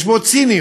יש בו ציניות.